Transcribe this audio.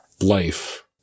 life